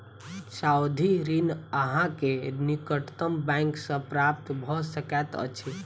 सावधि ऋण अहाँ के निकटतम बैंक सॅ प्राप्त भ सकैत अछि